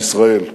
בישראל.